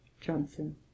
Johnson